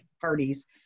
parties